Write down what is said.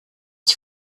its